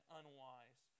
unwise